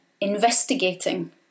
investigating